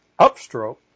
upstroke